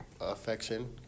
affection